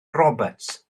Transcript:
roberts